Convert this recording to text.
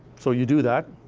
so you do that.